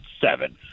seven